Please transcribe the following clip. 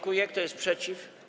Kto jest przeciw?